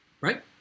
Right